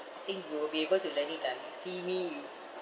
I think you will be able to learn it lah if you see me